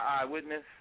Eyewitness